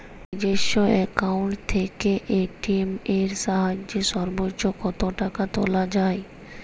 নিজস্ব অ্যাকাউন্ট থেকে এ.টি.এম এর সাহায্যে সর্বাধিক কতো টাকা তোলা যায়?